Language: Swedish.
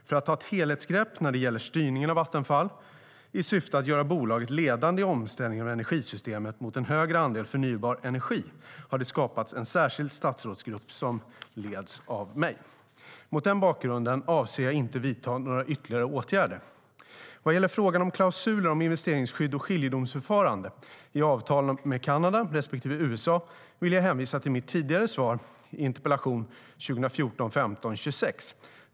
För att ta ett helhetsgrepp när det gäller styrningen av Vattenfall, i syfte att göra bolaget ledande i omställningen av energisystemet mot en högre andel förnybar energi, har det skapats en särskild statsrådsgrupp, som leds av mig. STYLEREF Kantrubrik \* MERGEFORMAT Svar på interpellationer< 15:26.